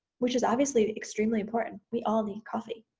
which is obviously extremely important. we all need coffee.